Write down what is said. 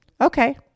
Okay